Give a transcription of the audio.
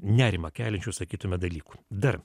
nerimą keliančių sakytume dalykų dar